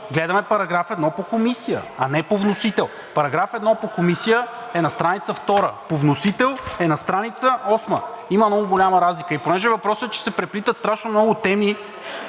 гледаме § 1 по Комисия, а не по вносител. Параграф 1 по Комисия е на страница втора, по вносител е на страница осма – има много голяма разлика. Понеже въпросът е, че се преплитат страшно много теми,